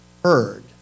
heard